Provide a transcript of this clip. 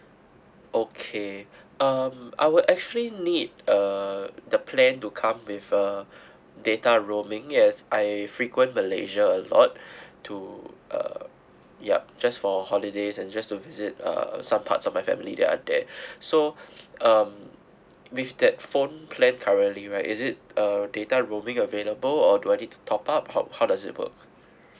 okay um I will actually need uh the plan to come with a data roaming yes I frequent malaysia a lot to uh yup just for holidays and just to visit uh some parts of my family they are there so um with that phone plan currently right is it uh data roaming available or do I need to top up how how does it work